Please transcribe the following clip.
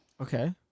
Okay